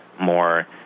more